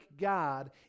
God